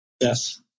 Yes